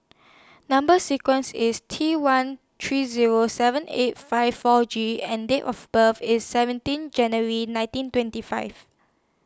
Number sequence IS T one three Zero seven eight five four G and Date of birth IS seventeen January nineteen twenty five